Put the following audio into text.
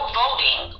voting